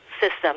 system